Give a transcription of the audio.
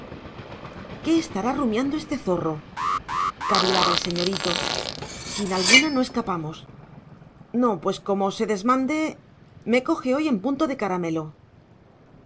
qué estará rumiando este zorro cavilaba el señorito sin alguna no escapamos no pues como se desmande me coge hoy en punto de caramelo